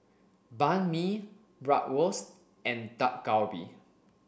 Banh Mi Bratwurst and Dak Galbi